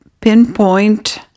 pinpoint